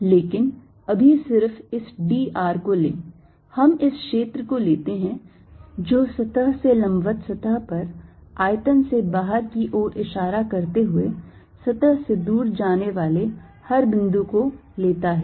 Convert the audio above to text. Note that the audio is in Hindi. लेकिन अभी सिर्फ इस d r को लें हम इस क्षेत्र को लेते हैं जो सतह से लंबवत सतह पर आयतन से बाहर की ओर इशारा करते हुए सतह से दूर जाने वाले हर बिंदु को लेता हैं